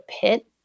pit